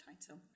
Title